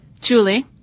Julie